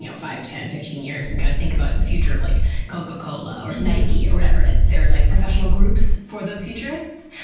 you know five, ten, fifteen years, and kinda kind of think about the future of like coca-cola, or nike, or whatever it is. there's, like, professional groups for those futurists.